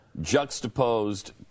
juxtaposed